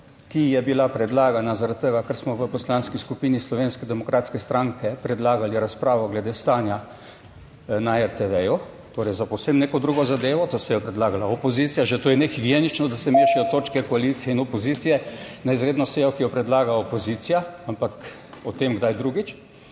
ki je bila predlagana zaradi tega, ker smo v Poslanski skupini Slovenske demokratske stranke predlagali razpravo glede stanja na RTV, torej za povsem neko drugo zadevo, da jo je predlagala opozicija, že to je nehigienično, da se mešajo točke koalicije in opozicije na izredno sejo, ki jo predlaga opozicija, ampak o tem kdaj drugič.